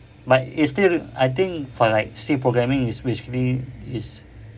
but it's still I think for like C programming is basically is